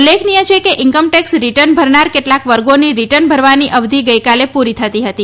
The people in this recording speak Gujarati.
ઉલ્લેખનિય છે કે ઈન્કમટેક્સ રિટર્ન ભરનાર કેટલાક વર્ગોની રિટર્ન ભરવાની અવધી ગઈકાલે પુરી થતી હતી